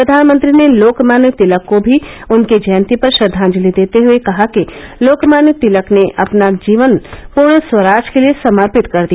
प्रधानमत्री ने लोकमान्य तिलक को भी उनकी जयंती पर श्रद्वांजलि देते हुए कहा कि लोकमान्य तिलक ने अपना जीवन पूर्ण स्वराज के लिए समर्पित कर दिया